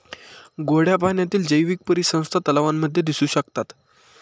गोड्या पाण्यातील जैवीक परिसंस्था तलावांमध्ये दिसू शकतात